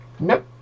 nope